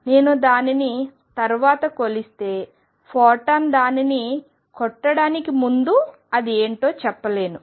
నేను దానిని తరువాత కొలిస్తే ఫోటాన్ దానిని కొట్టడానికి ముందు అది ఏమిటో చెప్పలేను